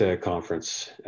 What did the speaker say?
conference